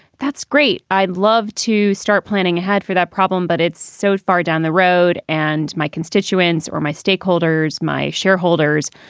that's great. i'd love to start planning ahead for that problem, but it's so far down the road and my constituents or my stakeholders, my shareholders,